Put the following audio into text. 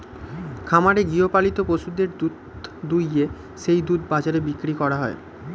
খামারে গৃহপালিত পশুদের দুধ দুইয়ে সেই দুধ বাজারে বিক্রি করা হয়